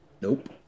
Nope